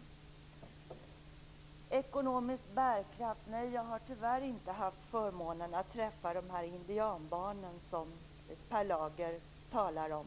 När det gäller ekonomisk bärkraft har jag tyvärr inte haft förmånen att träffa de indianbarn som Per Lager talar om.